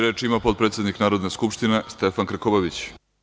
Reč ima potpredsednik Narodne skupštine, Stefan Krkobabić.